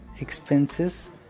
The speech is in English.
Expenses